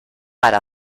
para